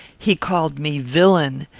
he called me villain!